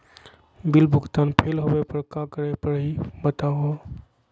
Bill भुगतान fail होवे पर का करै परही, बताहु हो?